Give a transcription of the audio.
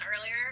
earlier